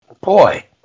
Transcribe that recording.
Boy